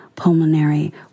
pulmonary